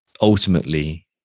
ultimately